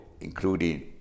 including